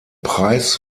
preis